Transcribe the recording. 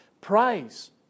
praise